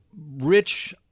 rich